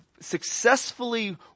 successfully